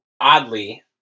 oddly